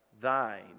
thine